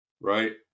Right